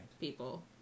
people